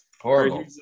Horrible